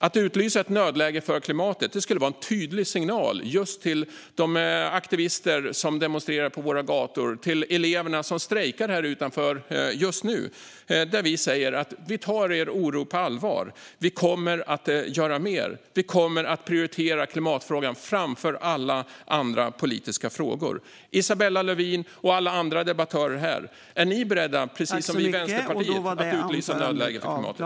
Att utlysa ett nödläge för klimatet skulle vara en tydlig signal till de aktivister som demonstrerar på våra gator och de elever som strejkar här utanför just nu om att vi tar deras oro på allvar, att vi kommer att göra mer och att vi kommer att prioritera klimatfrågan framför alla andra politiska frågor. Isabella Lövin och alla andra debattörer här! Är ni beredda, precis som vi i Vänsterpartiet, att utlysa nödläge för klimatet?